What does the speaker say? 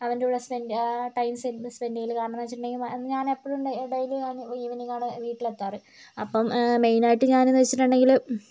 അവൻ്റെ കൂടെ spend time spend ചെയ്യൽ കാരണമെന്ന് വെച്ചിട്ടുണ്ടെങ്കിൽ ഞാൻ എപ്പഴും ഡെയിലി ഞാൻ ഈവെനിംഗാണ് വീട്ടിലെത്താറ് അപ്പം മെയിനായിട്ട് ഞാനെന്ന് വെച്ചിട്ടുണ്ടെങ്കില്